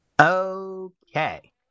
Okay